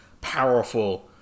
powerful